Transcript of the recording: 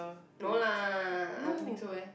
no lah I don't think so eh